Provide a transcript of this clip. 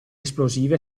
esplosive